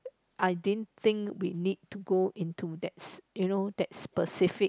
I didn't think we need to go into that you know that specific